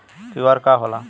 QR का होला?